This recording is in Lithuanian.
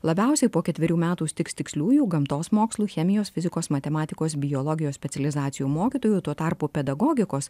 labiausiai po ketverių metų stigs tiksliųjų gamtos mokslų chemijos fizikos matematikos biologijos specializacijų mokytojų tuo tarpu pedagogikos